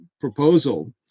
proposal